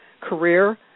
career